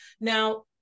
Now